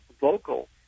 vocal